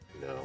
no